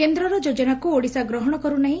କେନ୍ଦର ଯୋଜନାକୁ ଓଡ଼ିଶା ଗ୍ରହଶ କରୁ ନାହି